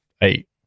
eight